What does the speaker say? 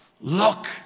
Look